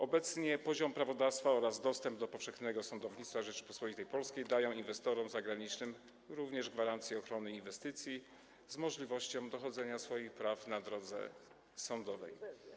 Obecnie poziom prawodawstwa oraz dostęp do powszechnego sądownictwa w Rzeczypospolitej Polskiej dają inwestorom zagranicznym również gwarancję ochrony inwestycji z możliwością dochodzenia swoich praw na drodze sądowej.